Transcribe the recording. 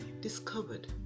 discovered